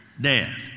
death